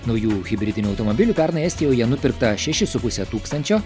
naujų hibridinių automobilių pernai estijoje nupirkta šeši su puse tūkstančio